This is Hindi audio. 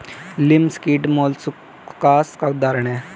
लिमस कीट मौलुसकास का उदाहरण है